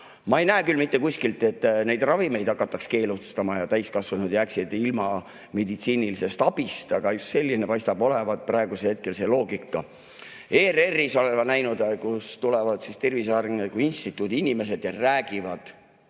Ma ei näe küll mitte kuskilt, et neid ravimeid hakataks keelustama ja täiskasvanud jääksid ilma meditsiinilisest abist, aga just selline paistab olevat praegusel hetkel see loogika. ERR-is olen ma näinud, kuidas tulevad Tervise Arengu Instituudi inimesed ja räägivad